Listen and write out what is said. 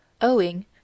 owing